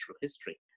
history